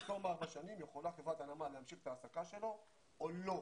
בתום ארבע שנים יכולה חברת הנמל להמשיך את ההעסקה שלו או לא.